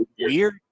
Weird